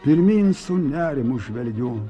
pirmyn su nerimu žvelgiu